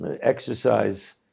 exercise